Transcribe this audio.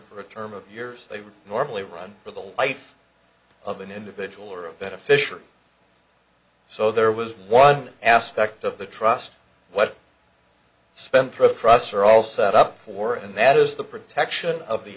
for a term of years they would normally run for the life of an individual or a beneficiary so there was one aspect of the trust what spendthrift trusts are all set up for and that is the protection of the